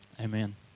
amen